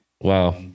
wow